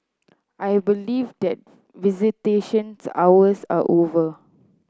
I believe that visitations hours are over